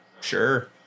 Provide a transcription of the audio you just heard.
sure